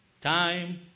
Time